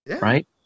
right